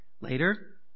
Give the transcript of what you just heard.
later